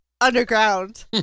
underground